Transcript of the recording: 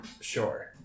Sure